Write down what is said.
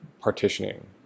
partitioning